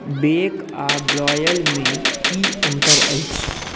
bake आ बॉयलमे की अन्तर अछि